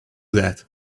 that